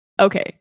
Okay